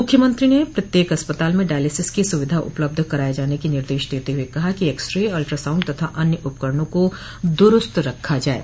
मुख्यमंत्री ने प्रत्येक अस्पताल में डायलिसिस की सुविधा उपलब्ध कराये जाने के निर्देश देते हुए कहा कि एक्स रे अल्ट्रा साउंड तथा अन्य उपकरण को दुरूस्त रखा जाये